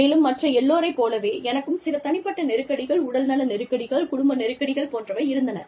மேலும் மற்ற எல்லோரைப் போலவே எனக்கும் சில தனிப்பட்ட நெருக்கடிகள் உடல்நல நெருக்கடிகள் குடும்ப நெருக்கடிகள் போன்றவை இருந்தன